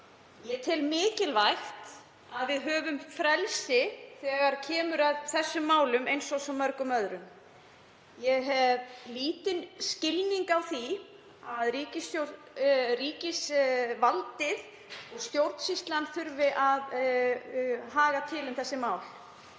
Ég tel mikilvægt að við höfum frelsi þegar kemur að þessum málum eins og svo mörgum öðrum. Ég hef lítinn skilning á því að ríkisvaldið og stjórnsýslan þurfi að fara með þessi mál.